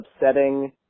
upsetting